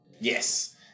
yes